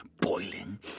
boiling